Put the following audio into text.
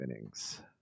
innings